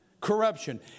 corruption